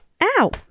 ow